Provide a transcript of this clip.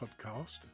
podcast